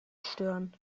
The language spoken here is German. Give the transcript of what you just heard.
stören